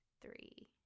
three